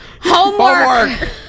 Homework